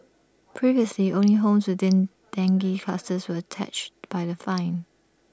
previously only homes within dengue clusters were touch by the fine